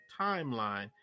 timeline